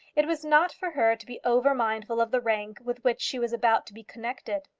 it was not for her to be over-mindful of the rank with which she was about to be connected.